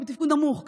היא בתפקוד נמוך.